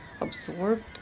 absorbed